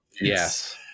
yes